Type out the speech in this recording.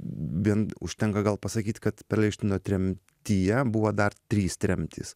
vien užtenka gal pasakyt kad perelšteino tremtyje buvo dar trys tremtys